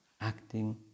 acting